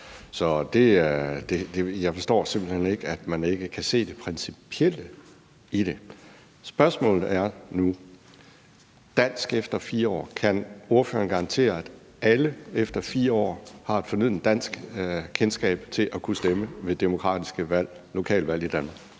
Så jeg forstår simpelt hen ikke, at man ikke kan se det principielle i det. Spørgsmålet handler nu om danskkendskab efter 4 år. Kan ordføreren garantere, at alle efter 4 år har et fornødent kendskab til dansk for at kunne stemme ved demokratiske lokalvalg i Danmark?